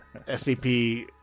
scp